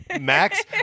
Max